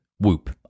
Whoop